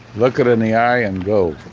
look at it in the eye and go.